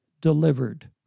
delivered